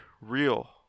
real